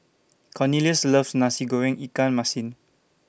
Cornelius loves Nasi Goreng Ikan Masin